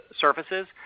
surfaces